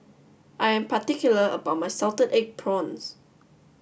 I am particular about my Salted Egg Prawns